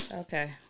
Okay